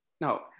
No